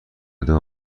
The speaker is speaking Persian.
دوی